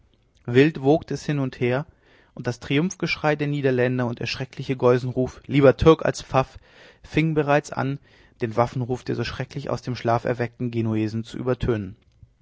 wild wogte es hin und her und das triumphgeschrei der niederländer und der schreckliche geusenruf lieber türk als pfaff fingen bereits an den waffenruf der so schrecklich aus dem schlaf erweckten genuesen zu übertönen